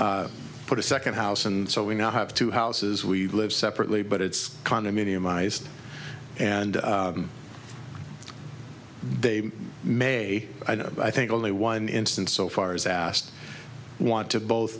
group put a second house and so we now have two houses we live separately but it's condominium eyes and they may i think only one instance so far as asked want to both